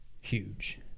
huge